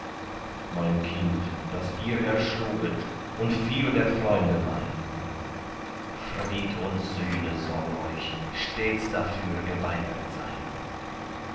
mein kind das ihr erschluget und viel der freunde mein fried und sühne soll euch stets dafür geweigert sein